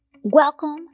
Welcome